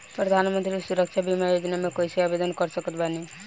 प्रधानमंत्री सुरक्षा बीमा योजना मे कैसे आवेदन कर सकत बानी?